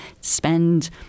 spend